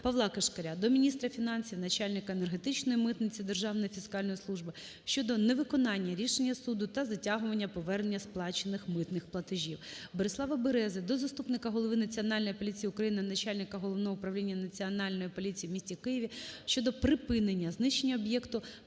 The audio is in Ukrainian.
Павла Кишкаря до міністра фінансів, начальника Енергетичної митниці Державної фіскальної служби щодо невиконання рішення суду та затягування повернення сплачених митних платежів. Борислава Берези до заступника голови Національної поліції України - начальника Головного управління Національної поліції у місті Києві щодо припинення знищення об'єкта